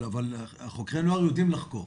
אבל חוקי הנוער יודעים לחקור.